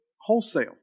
wholesale